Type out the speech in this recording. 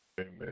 Amen